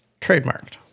Trademarked